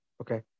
Okay